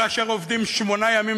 כאשר עובדים שמונה ימים,